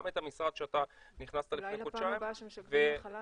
את המשרד שאתה נכנסת אליו לפני חודשיים.